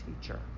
teacher